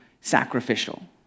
sacrificial